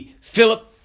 Philip